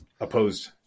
opposed